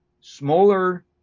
smaller